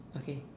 okay